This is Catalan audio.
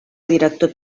director